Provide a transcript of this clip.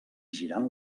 girant